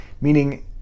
meaning